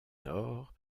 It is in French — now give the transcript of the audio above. nord